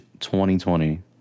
2020